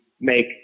make